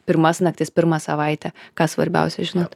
pirmas naktis pirmą savaitę ką svarbiausia žinot